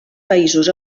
països